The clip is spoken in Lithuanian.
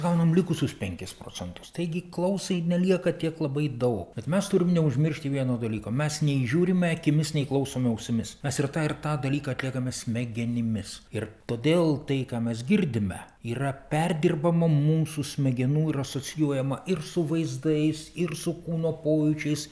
gaunam likusius penkis procentus taigi klausai nelieka tiek labai daug bet mes turim neužmiršti vieno dalyko mes nei žiūrime akimis nei klausome ausimis mes ir tą ir tą dalyką atliekame smegenimis ir todėl tai ką mes girdime yra perdirbama mūsų smegenų ir asocijuojama ir su vaizdais ir su kūno pojūčiais